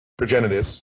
Progenitus